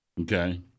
Okay